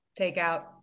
Takeout